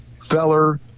Feller